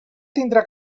tindrà